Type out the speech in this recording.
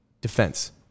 defense